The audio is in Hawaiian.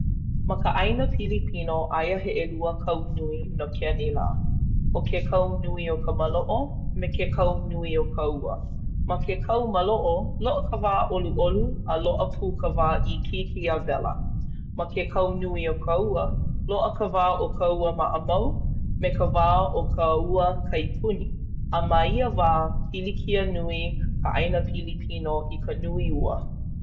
Ma ka ʻāina Pilipino aia he ʻelua kau nui no ke anilā. ʻO ke kau nui o ka maloʻo me ke kau nui o ka ua. Ma ke kau maloʻo, loaʻa ka wā ʻoluʻolu, a loaʻa pū ka wā ikiiki a wela. Ma ke kau nui o ka ua loaʻa o ka ua maʻamau me ka wā o ka ua kaipuni. A ma ia wā pilikia nui ka ʻāina Pilipino i ka nui ua.